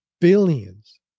billions